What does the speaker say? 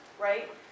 right